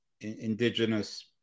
indigenous